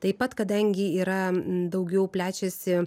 taip pat kadangi yra daugiau plečiasi